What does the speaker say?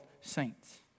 saints